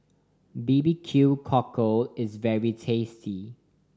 B B Q Cockle is very tasty